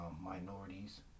minorities